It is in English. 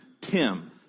Tim